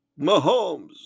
Mahomes